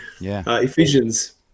Ephesians